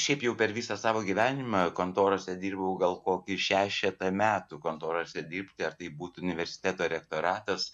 šiaip jau per visą savo gyvenimą kontorose dirbau gal kokį šešetą metų kontorose dirbti ar tai būtų universiteto rektoratas